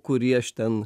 kurį aš ten